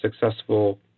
successful